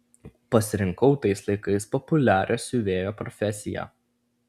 pasirinkau tais laikais populiarią siuvėjo profesiją